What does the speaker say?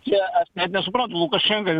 čia aš net nesuprantu lukašenka